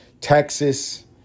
Texas